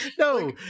no